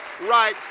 right